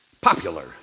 Popular